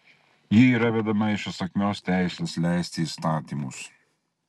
ji yra vedama iš įsakmios teisės leisti įstatymus